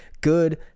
good